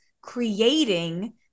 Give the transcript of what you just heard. creating